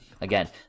again